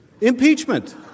Impeachment